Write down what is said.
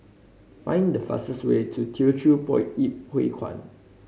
find the fastest way to Teochew Poit Ip Huay Kuan